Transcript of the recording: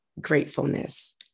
gratefulness